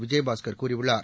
விஜயபாஸ்கர் கூறியுள்ளார்